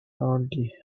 hardly